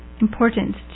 important